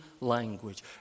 language